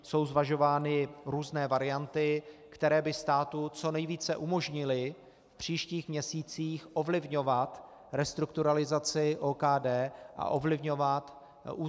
Jsou zvažovány různé varianty, které by státu co nejvíce umožnily v příštích měsících ovlivňovat restrukturalizaci OKD a ovlivňovat útlum v OKD.